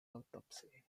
autopsy